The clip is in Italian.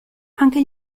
anche